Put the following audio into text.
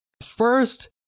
First